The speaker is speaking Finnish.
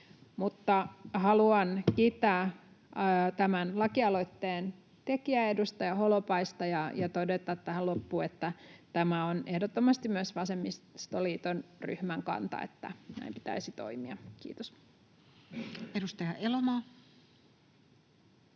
Mutta haluan kiittää tämän lakialoitteen tekijää, edustaja Holopaista, ja todeta tähän loppuun, että tämä on ehdottomasti myös vasemmistoliiton ryhmän kanta, että näin pitäisi toimia. — Kiitos. [Speech 207]